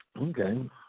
Okay